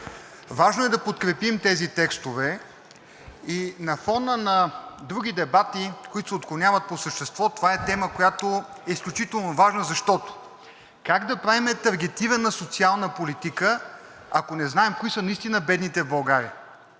Важно е да подкрепим тези текстове и на фона на други дебати, които се отклоняват по същество, това е тема, която е изключително важна, защото как да правим таргетирана социална политика, ако не знаем кои са наистина бедните в България?